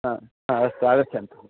आ आ अस्तु आगच्छन्तु